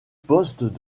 postes